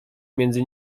między